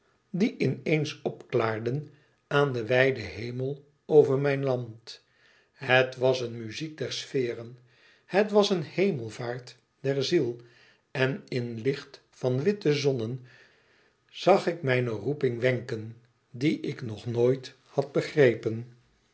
die in eens opklaarden aan den wijden hemel over mijn land het was een muziek der sferen het was een hemelvaart der ziel en in licht van witte zonnen zag ik mijne roeping wenken die ik nog nooit had begrepen